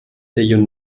der